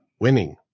Winning